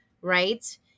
right